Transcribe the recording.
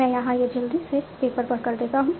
मैं यहां यह जल्दी से पेपर पर कर देता हूं